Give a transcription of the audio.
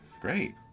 Great